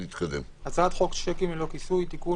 "הצעת חוק שיקים ללא כיסוי (תיקון,